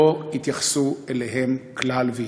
לא התייחסו אליהם כלל ועיקר.